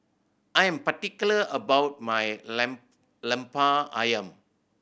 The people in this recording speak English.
I am particular about my Lemper Ayam